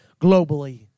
globally